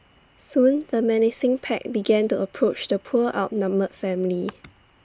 soon the menacing pack began to approach the poor outnumbered family